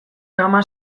kama